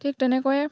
ঠিক তেনেকৈয়ে